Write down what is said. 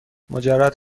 مجرد